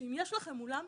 אם יש לכם אולם,